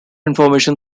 information